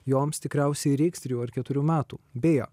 joms tikriausiai reiks trijų ar keturių metų beje